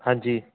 ਹਾਂਜੀ